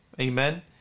Amen